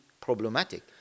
problematic